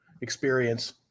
experience